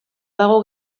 dago